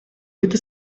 этой